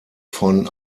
von